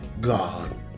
God